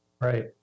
Right